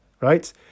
right